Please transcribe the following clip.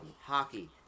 hockey